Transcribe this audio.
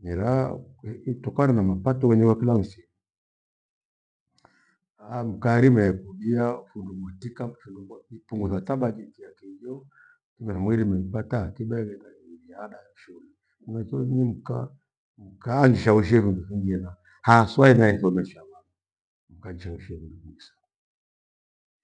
mera itokana na mapato yenye ya kila msimu. mkarime yekubiha fundu mwitika findu bwa ipughutha tha bajeti ya kijo, na mwiirime ipata akiba yerendaiwia ada ya shule. Mwetho di mka mkaa anjishawishie findo fingi hena, haswa hena ithomesha vana mkaa anishawishie vindo vingi sana.